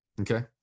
Okay